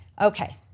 Okay